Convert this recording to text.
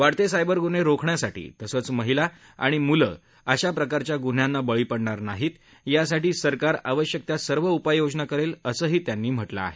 वाढतं सायबर गुन्हे रोखण्यासाठी तसंच महिला आणि मुलं अशा प्रकारच्या गुन्ह्यांना बळी पडणार नाहीत यासाठी सरकार आवश्यक त्या सर्व उपाययोजना करेल असंही त्यांनी म्हटलं आहे